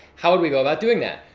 how would we go about doing that?